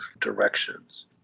directions